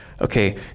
Okay